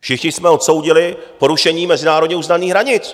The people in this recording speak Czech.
Všichni jsme odsoudili porušení mezinárodně uznaných hranit.